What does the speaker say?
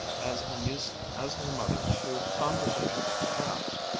as unused as her mother to conversational traps,